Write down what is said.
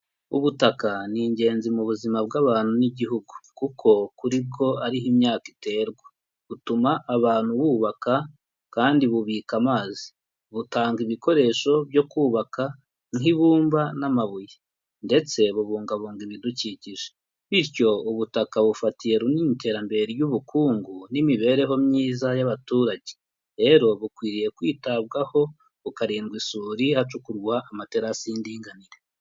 Ubutaka ni ingenzi mu buzima bw'abantu n'igihugu kuko kuri bwo ari ho imyaka iterwa. Butuma abantu bubaka kandi bubika amazi. Butanga ibikoresho byo kubaka nk'ibumba n'amabuye ndetse bubungabunga ibidukikije. Bityo ubutaka bufatiye runini iterambere ry'ubukungu n'imibereho myiza y'abaturage. Rero bukwiriye kwitabwaho, bukarindwa isuri hacukurwa amaterasi y'indinganire.